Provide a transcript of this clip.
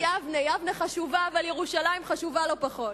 איש יבנה, יבנה חשובה, אבל ירושלים חשובה לא פחות.